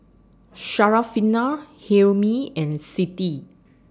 Syarafina Hilmi and Siti